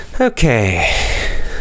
Okay